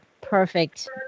Perfect